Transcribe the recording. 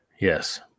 Yes